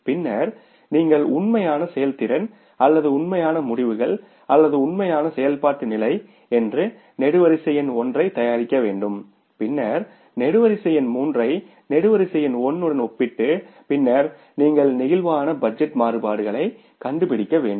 பின்னர் நீங்கள் உண்மையான செயல்திறன் அல்லது உண்மையான முடிவுகள் அல்லது உண்மையான செயல்பாட்டு நிலை என்று நெடுவரிசை எண் ஒன்றைத் தயாரிக்க வேண்டும் பின்னர் நெடுவரிசை எண் மூன்றை நெடுவரிசை எண் 1 உடன் ஒப்பிட்டு பின்னர் நீங்கள் பிளேக்சிபிள் பட்ஜெட் மாறுபாடுகளைக் கண்டுபிடிக்க வேண்டும்